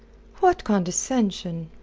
what condescension!